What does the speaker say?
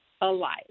alive